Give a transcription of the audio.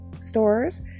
stores